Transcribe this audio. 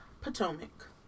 Potomac